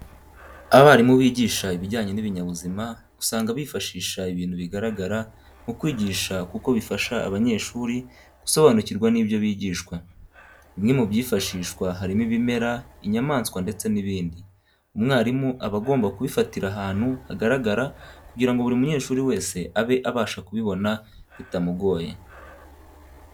Abarimu bigisha ibijyanye n'ibinyabuzima usanga bifashisha ibintu bigaragara mu kwigisha kuko bifasha abanyeshuri gusobanukirwa n'ibyo bigishwa. Bimwe mu byifashishwa harimo ibimera, inyamaswa ndetse n'ibindi. Umwarimu aba agomba kubifatira ahantu hagaragara kugira ngo buri munyeshuri wese abe abasha kubibona bitamugoye.